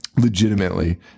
Legitimately